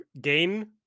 gain